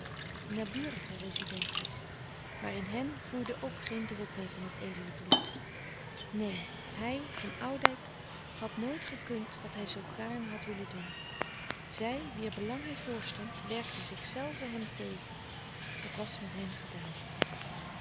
naburige rezidentie's maar in hen vloeide ook geen drup meer van het edele bloed neen hij van oudijck had nooit gekund wat hij zoo gaarne had willen doen zij wier belang hij voorstond werkten zelven hem tegen het was met hen gedaan